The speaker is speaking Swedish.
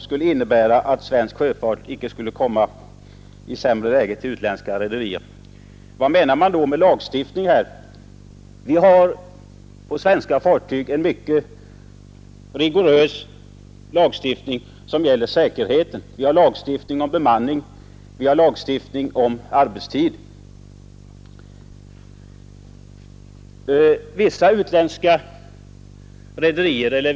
Vi har på svenska fartyg strävat efter en rigorös lagstiftning i fråga om säkerhet, bemanning och arbetstid.